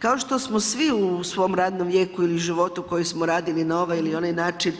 Kao što smo svi u svom radnom vijeku ili životu koji smo radili na ovaj ili onaj način